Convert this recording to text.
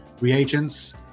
reagents